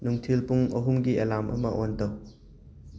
ꯅꯨꯡꯊꯤꯜ ꯄꯨꯡ ꯑꯍꯨꯝꯒꯤ ꯑꯦꯂꯥꯔꯝ ꯑꯃ ꯑꯣꯟ ꯇꯧ